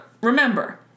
remember